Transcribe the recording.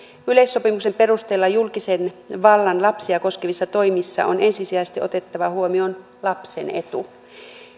yleissopimuksen perusteella julkisen vallan lapsia koskevissa toimissa on ensisijaisesti otettava huomioon lapsen etu